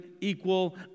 equal